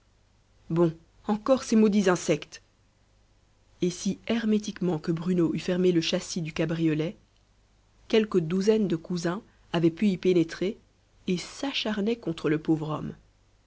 bon encore ces maudits insectes et si hermétiquement que bruno eût fermé le châssis du cabriolet quelques douzaines de cousins avaient pu y pénétrer et s'acharnaient contre le pauvre homme